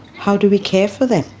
how do we care for them,